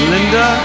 Linda